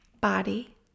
Body